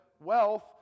wealth